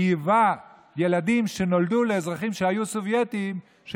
חייבה שלילדים שנולדו לאזרחים שהיו סובייטים תהיה